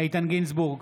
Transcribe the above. איתן גינזבורג,